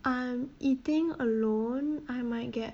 I'm eating alone I might get